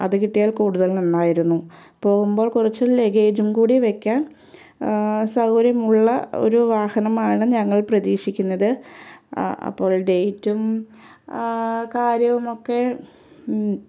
അത് കിട്ടിയാൽ കൂടുതൽ നന്നായിരുന്നു പോകുമ്പോൾ കുറച്ച് ലഗേജും കൂടി വെയ്ക്കാൻ സൗകര്യമുള്ള ഒരു വാഹനമാണ് ഞങ്ങൾ പ്രതീക്ഷിക്കുന്നത് അപ്പോൾ ഡേറ്റും കാര്യവുമൊക്കെ